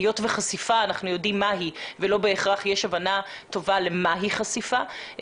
היות ואנחנו יודעים מהי חשיפה ולא בהכרח יש הבנה טובה למהי חשיפה.